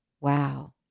wow